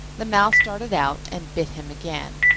the mouse darted out and bit him again.